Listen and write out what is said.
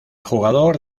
jugador